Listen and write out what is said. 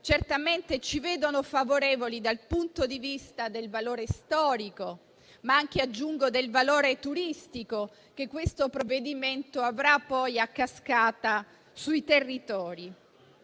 certamente favorevoli dal punto di vista del valore storico, ma anche - aggiungo - turistico che questo provvedimento avrà poi a cascata sui territori.